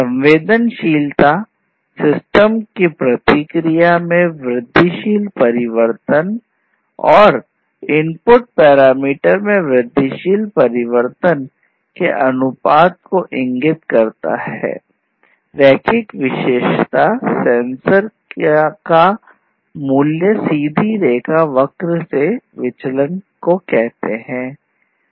संवेदनशीलता सेंसर का मूल्य सीधी रेखा वक्र से विचलन है